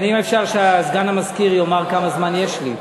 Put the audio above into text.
אם אפשר שסגן המזכיר יאמר כמה זמן יש לי.